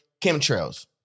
Chemtrails